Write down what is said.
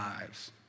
lives